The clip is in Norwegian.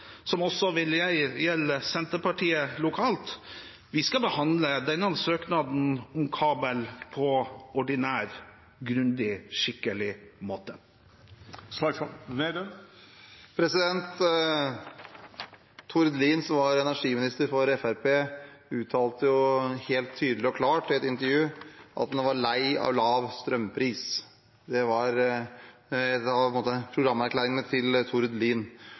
som også vil gjelde Senterpartiet lokalt, er at vi skal behandle denne søknaden om kabel på ordinær, grundig og skikkelig måte. Tord Lien, som var energiminister for Fremskrittspartiet, uttalte helt tydelig og klart i et intervju at han var lei av lav strømpris. Det var på en måte programerklæringen til Tord Lien.